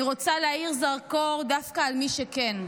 אני רוצה להאיר זרקור דווקא על מי שכן,